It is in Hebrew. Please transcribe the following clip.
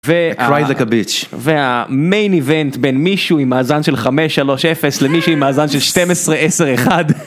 I cried like a bitch. והמיין איבנט בין מישהו עם מאזן של 5-3-0 למישהו עם מאזן של 12-10-1.